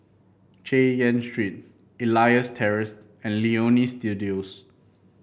Chay Yan Street Elias Terrace and Leonie Studio